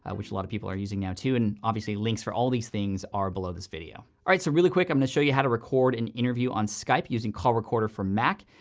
ah which a lot of people are using now too. and obviously links for all of these things are below this video. all right, so really quick, i'm gonna show you how to record an interview on skype using call recorder for mac,